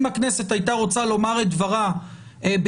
אם הכנסת הייתה רוצה לומר את דברה בעניין